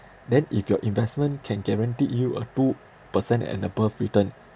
then if your investment can guarantee you a two percent and above return